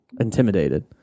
intimidated